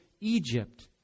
Egypt